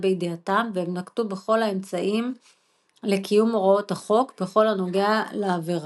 בידיעתם והם נקטו בכל האמצעים לקיום הוראות החוק בכל הנוגע לעבירה.